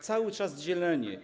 Cały czas dzielenie.